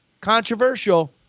controversial